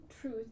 truth